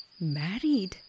Married